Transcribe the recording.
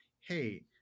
hey